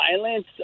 violence